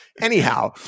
Anyhow